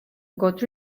got